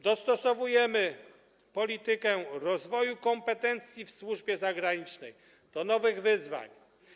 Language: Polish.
Dostosowujemy politykę rozwoju kompetencji w służbie zagranicznej do nowych wyzwań.